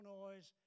noise